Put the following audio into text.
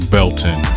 Belton